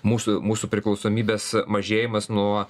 mūsų mūsų priklausomybės mažėjimas nuo